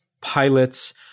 Pilots